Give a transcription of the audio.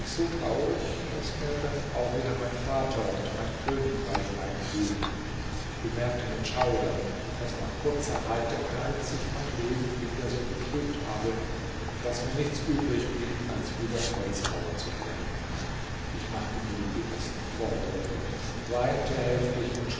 so traurig daß mir dann auch wieder mein vater und mein königreich einfiel ich bemerkte mit schaudern daß nach kurzer heiterkeit sich mein leben wieder so getrübt habe daß mir nichts übrig blieb als wieder holzhauer zu werden ich machte mir die bittersten vorwürfe weinte heftig und